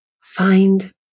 find